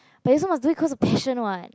but you also must do it cause of passion [what]